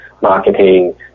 marketing